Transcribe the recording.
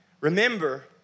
Remember